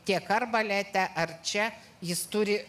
tiek ar balete ar čia jis turi